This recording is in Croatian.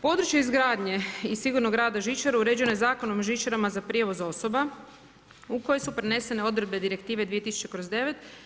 Područje izgradnje i sigurnog rada žičara uređena je Zakonom žičara za prijevoz osoba u kojoj su prenesene odredbe direktive 2009/